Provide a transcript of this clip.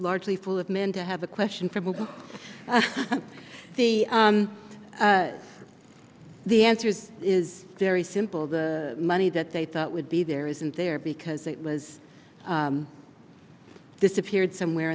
largely full of men to have a question for both the the answers is very simple the money that they thought would be there isn't there because it was disappeared somewhere